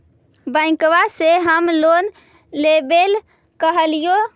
बैंकवा से हम लोन लेवेल कहलिऐ?